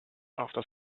after